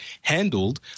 handled